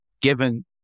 given